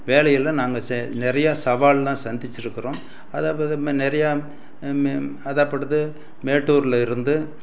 வேலையில் நாங்கள் சே நிறைய சவால்லாம் சந்திச்சுருக்குறோம் அதாவது இப்போ நிறையா அதாகப்பட்டது மேட்டூரில் இருந்து